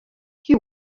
you